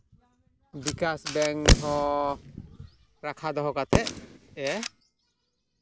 ᱵᱤᱠᱟᱥ bank ᱦᱚᱸ ᱨᱟᱠᱷᱟ ᱫᱚᱦᱚ ᱠᱟᱛᱮᱫᱼᱮ